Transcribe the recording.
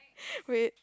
wait